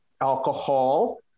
alcohol